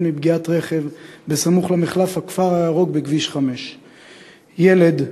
מפגיעת רכב בסמוך למחלף הכפר-הירוק בכביש 5. ילד,